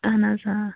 اہن حظ آ